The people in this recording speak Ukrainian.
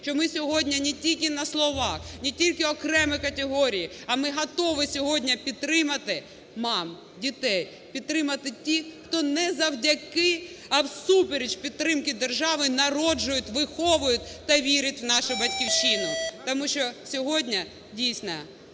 що ми сьогодні не тільки на словах, не тільки окремі категорії, а ми готові сьогодні підтримати мам, дітей, підтримати тих, хто не завдяки, а всупереч підтримки держави, народжують, виховують та вірять в нашу Батьківщину. Тому що сьогодні дійсно